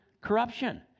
corruption